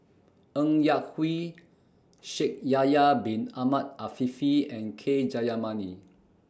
Ng Yak Whee Shaikh Yahya Bin Ahmed Afifi and K Jayamani